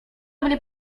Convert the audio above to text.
mnie